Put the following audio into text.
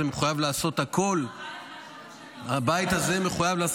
מחויב לעשות הכול --- תודה רבה לך על כל